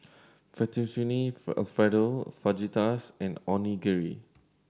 Fettuccine Alfredo Fajitas and Onigiri